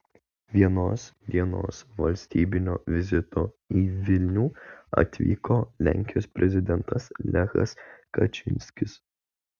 vienos dienos valstybinio vizito į vilnių atvyko lenkijos prezidentas lechas kačynskis